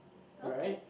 okay